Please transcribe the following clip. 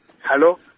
Hello